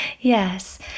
Yes